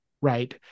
right